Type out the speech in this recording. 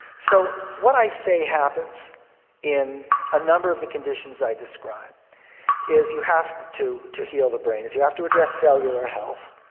so what i say happens in a number of the conditions i describe is you have to to heal the brain, you have to address cellular health,